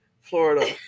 Florida